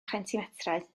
chentimetrau